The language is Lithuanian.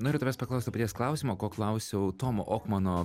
noriu tavęs paklaust to paties klausimo ko klausiau tomo okmano